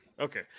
Okay